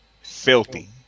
filthy